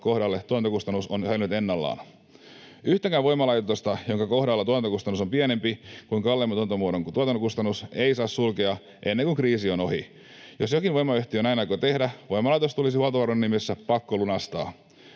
kohdalla tuotantokustannus on säilynyt ennallaan. Yhtäkään voimalaitosta, jonka kohdalla tuotantokustannus on pienempi kuin kalleimman tuotantomuodon tuotantokustannus, ei saa sulkea ennen kuin kriisi on ohi. Jos jokin voimayhtiö näin aikoo tehdä, voimalaitos tulisi huoltovarmuuden nimissä pakkolunastaa.